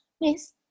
Miss